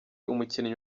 umukinnyi